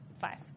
five